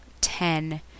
Ten